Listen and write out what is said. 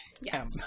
yes